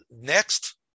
Next